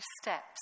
steps